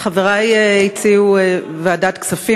חברי הציעו ועדת הכספים,